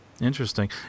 Interesting